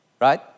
Right